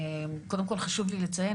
קודם כל חשוב לי לציין,